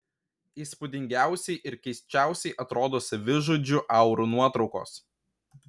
įspūdingiausiai ir keisčiausiai atrodo savižudžių aurų nuotraukos